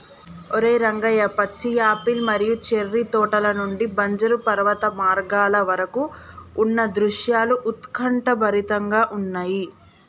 ఓరై రంగయ్య పచ్చి యాపిల్ మరియు చేర్రి తోటల నుండి బంజరు పర్వత మార్గాల వరకు ఉన్న దృశ్యాలు ఉత్కంఠభరితంగా ఉన్నయి